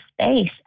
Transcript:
space